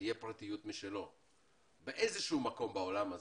תהיה פרטיות באיזשהו מקום בעולם הזה,